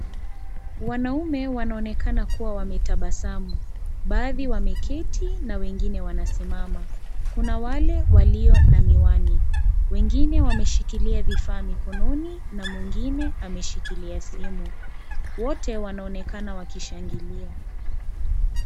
Wanaume wanaonekana kuwa wametabasamu, baadhi wameketi na wengine wanasimama, kuna wale walio na miwani, wengine wameshikilia vifaa mikononi na mwingine ameshikilia simu, wote wanaonekana wakishangilia.